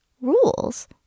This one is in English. rules